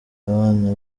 abana